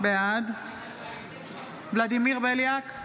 בעד ולדימיר בליאק,